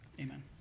amen